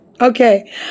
Okay